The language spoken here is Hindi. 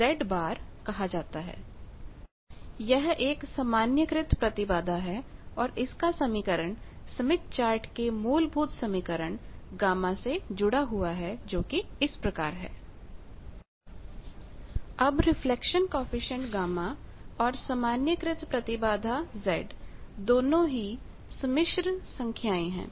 GZLZ0 1ZLZ01 z 1z1 z ZLZ0 यह एक नार्मलायीजेड normalizedसामान्यीकृत प्रतिबाधा है और इसका समीकरण स्मिथ चार्ट के मूलभूत समीकरण गामा से जुड़ा हुआ है जो कि इस प्रकार है z 1z1 अब रिफ्लेक्शन कॉएफिशिएंट Γ और सामान्यीकृत प्रतिबाधा दोनों ही सम्मिश्र संख्याएं हैं